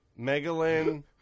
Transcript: Megalyn